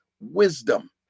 wisdom